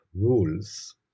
rules